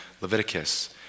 Leviticus